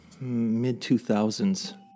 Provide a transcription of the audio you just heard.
mid-2000s